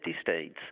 states